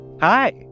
Hi